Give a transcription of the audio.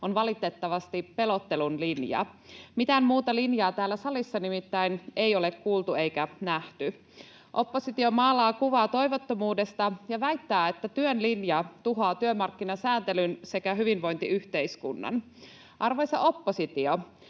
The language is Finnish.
on valitettavasti pelottelun linja, mitään muuta linjaa täällä salissa nimittäin ei ole kuultu eikä nähty. Oppositio maalaa kuvaa toivottomuudesta ja väittää, että työn linja tuhoaa työmarkkinasääntelyn sekä hyvinvointiyhteiskunnan. Arvoisa oppositio!